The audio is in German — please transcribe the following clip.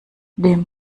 dem